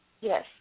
Yes